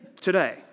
Today